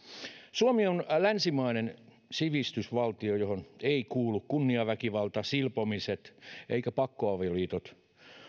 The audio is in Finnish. suomi on länsimainen sivistysvaltio johon eivät kuulu kunniaväkivalta silpomiset eivätkä pakkoavioliitot